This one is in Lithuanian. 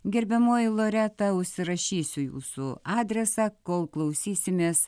gerbiamoji loreta užsirašysiu jūsų adresą kol klausysimės